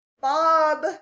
Bob